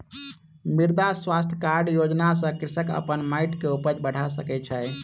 मृदा स्वास्थ्य कार्ड योजना सॅ कृषक अपन माइट के उपज बढ़ा सकै छै